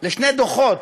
לשני דוחות